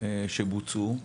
בתחקירים שבוצעו,